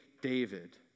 David